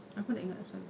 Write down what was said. aku tak ingat asal